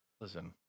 listen